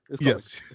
Yes